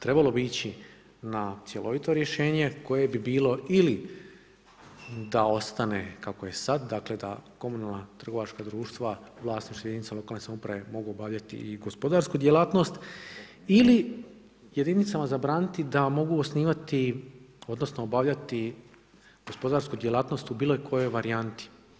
Trebalo bi ići na cjelovito rješenje koje bi bilo ili da ostane kako je sad, dakle da komunalna trgovačka društva u vlasništvu jedinica lokalne samouprave mogu obavljati i gospodarsku djelatnost ili jedinicama zabraniti da mogu osnivati odnosno obavljati gospodarsku djelatnost u bilo kojoj varijanti.